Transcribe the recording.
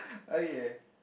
oh ya